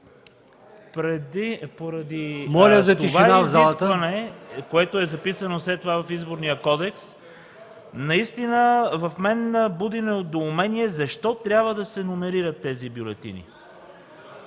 Моля за тишина в залата.